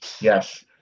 Yes